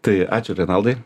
tai ačiū renaldai